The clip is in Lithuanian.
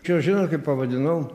čia žinot kaip pavadinau